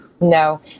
no